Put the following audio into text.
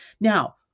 now